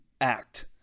act